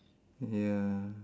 ya